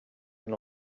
can